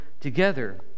together